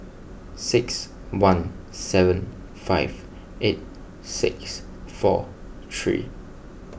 six one seven five eight six four three